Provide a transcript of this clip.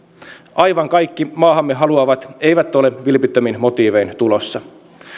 aivan kaikki maahamme haluavat eivät ole vilpittömin motiivein tulossa